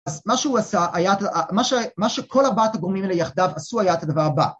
‫אז מה שהוא עשה היה... ‫מה שכל ארבעת הגורמים האלה יחדיו ‫עשו היה את הדבר הבא.